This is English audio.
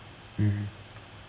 mmhmm